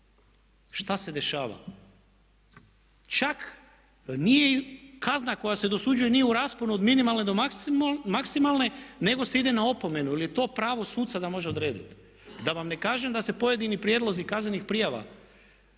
šta se dešava? Čak nije, kazna koja se dosuđuje nije u rasponu od minimalne do maksimalne nego se ide na opomenu jer je to pravo suca da može odrediti. Da vam ne kažem da se pojedini prijedlozi kaznenih prijava